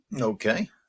Okay